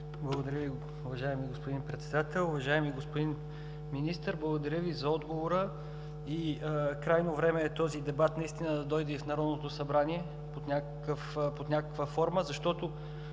Благодаря Ви, уважаеми господин Председател. Уважаеми господин Министър, благодаря Ви за отговора. Крайно време е този дебат да дойде и в Народното събрание под някаква форма, защото